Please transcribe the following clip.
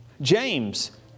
James